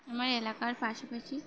আমার এলাকার পাশাপশি